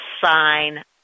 sign